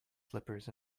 slippers